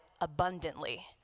abundantly